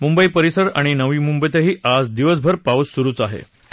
मुंबई परिसर आणि नवी मुंबईतही आज दिवसभर पाऊस सुरूच होता